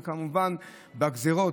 וכמובן, בגזרות.